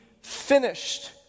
finished